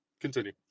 Continue